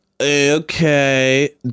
okay